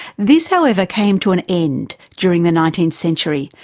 this, however, came to an end during the nineteenth century,